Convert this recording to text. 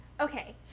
Okay